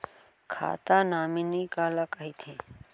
खाता नॉमिनी काला कइथे?